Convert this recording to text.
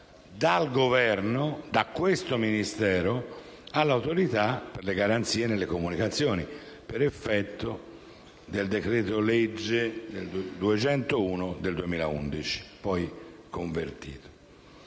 e vigilanza da questo Ministero all'Autorità per le garanzie nelle comunicazioni per effetto del decreto legge n. 201 del 2011, poi convertito.